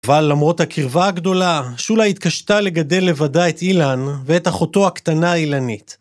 אבל למרות הקרבה הגדולה, שולה התקשתה לגדל לבדה את אילן, ואת אחותו הקטנה אילנית.